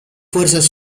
fuerzas